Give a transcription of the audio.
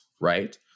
right